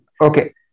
okay